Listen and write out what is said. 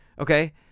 okay